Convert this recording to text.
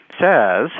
says